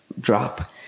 drop